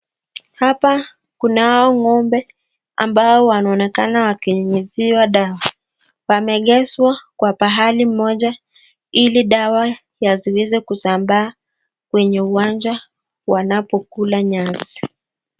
Hapa kunao ng'ombe ambao wanaonekana wakinyunyiziwa dawa. Wamejazwa kwa pahali moja ili dawa yasiweze kusambaa kwenye uwanja wanapokula nyasi.